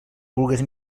vulgues